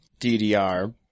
DDR